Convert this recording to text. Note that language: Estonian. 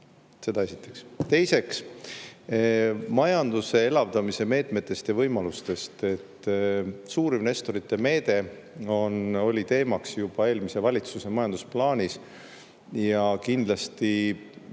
Seda esiteks. Teiseks, majanduse elavdamise meetmetest ja võimalustest. Suurinvestorite meede oli teemaks juba eelmise valitsuse majandusplaanis ja kindlasti